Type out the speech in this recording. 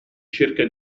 cerca